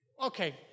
okay